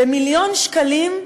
במיליון שקלים,